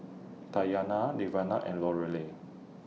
Tatyana Lavenia and Lorelei